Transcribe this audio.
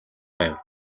байв